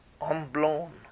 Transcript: unblown